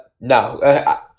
No